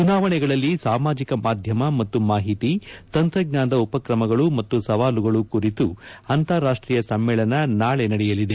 ಚುನಾವಣೆಗಳಲ್ಲಿ ಸಾಮಾಜಿಕ ಮಾಧ್ಯಮ ಮತ್ತು ಮಾಹಿತಿ ತಂತ್ರಜ್ಞಾನದ ಉಪಕ್ರಮಗಳು ಮತ್ತು ಸವಾಲುಗಳು ಕುರಿತು ಅಂತಾರಾಷ್ಟೀಯ ಸಮ್ಲೇಳನ ನಾಳಿ ನಡೆಯಲಿದೆ